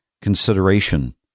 consideration